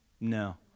no